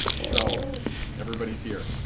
so everybody's here